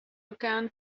began